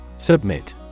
Submit